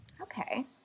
Okay